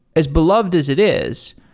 as beloved as it is,